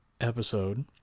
episode